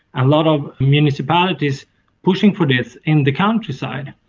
a lot of municipalities pushing for this in the countryside.